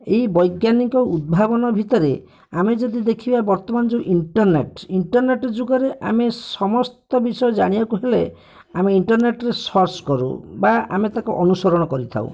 ଏଇ ବୈଜ୍ଞାନିକ ଉଦ୍ଭାବନ ଭିତରେ ଆମେ ଯଦି ଦେଖିବା ବର୍ତ୍ତମାନ ଯେଉଁ ଇଣ୍ଟରନେଟ୍ ଇଣ୍ଟରନେଟ୍ ଯୁଗରେ ଆମେ ସମସ୍ତ ବିଷୟ ଜାଣିବାକୁ ହେଲେ ଆମେ ଇଣ୍ଟରନେଟ୍ରେ ସର୍ଚ୍ଚ କରୁ ବା ଆମେ ତାକୁ ଅନୁସରଣ କରିଥାଉ